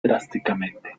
drásticamente